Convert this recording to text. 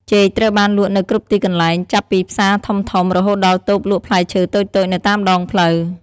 ចេកត្រូវបានលក់នៅគ្រប់ទីកន្លែង ចាប់ពីផ្សារធំៗ រហូតដល់តូបលក់ផ្លែឈើតូចៗនៅតាមដងផ្លូវ។